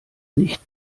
nicht